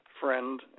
friend